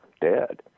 dead